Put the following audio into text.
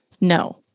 No